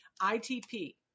ITP